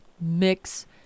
mix